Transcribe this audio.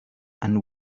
and